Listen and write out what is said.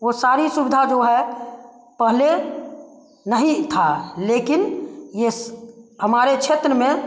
वह सारी सुविधा जो है पहले नहीं था लेकिन यह हमारे क्षेत्र में